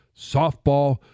softball